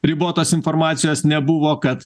ribotos informacijos nebuvo kad